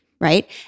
right